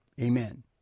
Amen